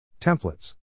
templates